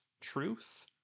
truth